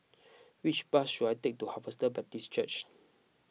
which bus should I take to Harvester Baptist Church